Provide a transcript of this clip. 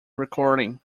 recording